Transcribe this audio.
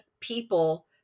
people